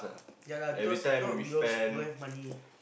ya lah because if not we lost don't have money